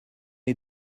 est